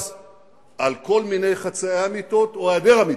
על כל מיני חצאי אמיתות או היעדר אמיתות.